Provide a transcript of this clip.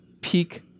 peak